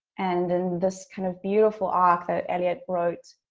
and in this kind of beautiful arc that eliot wrote,